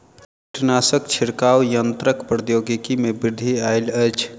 कीटनाशक छिड़काव यन्त्रक प्रौद्योगिकी में वृद्धि आयल अछि